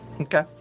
Okay